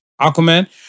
Aquaman